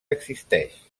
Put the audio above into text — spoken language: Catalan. existeix